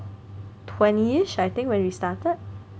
twenty ish I think when we started